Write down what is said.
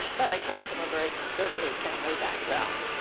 but i came from a very conservative family background.